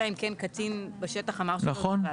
אלא אם כן קצין בשטח אמר שלא צריך לעצור.